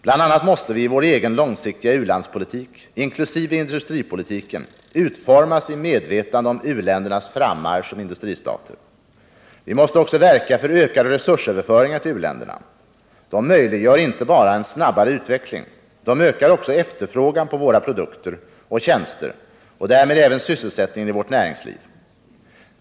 Bl.a. måste vår egen långsiktiga u-landspolitik, inkl. industripolitiken, utformas i medvetande om u-ländernas frammarsch som industristater. Vi måste också verka för ökade resursöverföringar till u-länderna. De möjliggör inte bara en snabbare utveckling. De ökar också efterfrågan på våra produkter och tjänster och därmed även sysselsättningen i vårt näringsliv.